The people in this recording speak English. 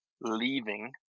leaving